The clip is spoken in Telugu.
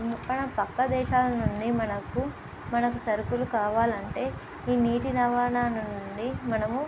మన పక్క దేశాల నుండి మనకు మనకు సరుకులు కావాలంటే ఈ నీటి రవాణాాల నుండి మనము